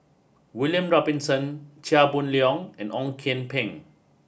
William Robinson Chia Boon Leong and Ong Kian Peng